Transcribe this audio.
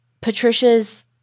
Patricia's